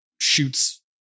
shoots